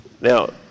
Now